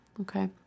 Okay